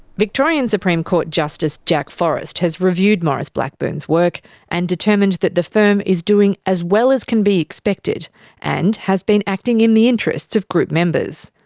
victorian supreme court justice jack forrest has reviewed maurice blackburn's work and determined that the firm is doing as well as can be expected and has been acting in the interests of group members.